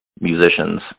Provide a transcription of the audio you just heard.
musicians